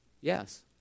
Yes